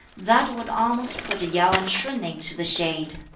that would almost put yau and shun into the shade!